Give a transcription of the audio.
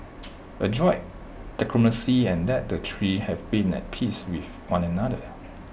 adroit diplomacy and that the three have been at peace with one another